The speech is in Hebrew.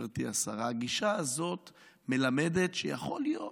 גברתי השרה, הגישה הזאת מלמדת שיכול להיות